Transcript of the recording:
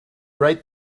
right